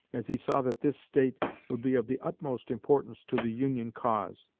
as he saw that this state would be of the utmost importance to the union cause.